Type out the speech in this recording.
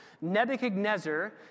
Nebuchadnezzar